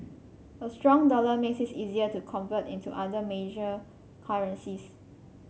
a strong dollar makes it's easier to convert into other major currencies